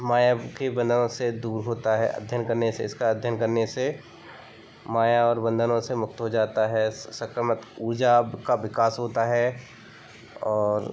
माया के बंधनों से दूर होता है अध्ययन करने से इसका अध्ययन करने से माया और बंधनों से मुक्त हो जाता है सकारात्मक ऊर्जा का विकास होता है और